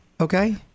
okay